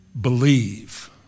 believe